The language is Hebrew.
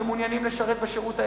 שמעוניינים לשרת בשירות האזרחי.